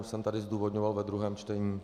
Už jsem to tady zdůvodňoval ve druhém čtení.